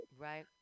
Right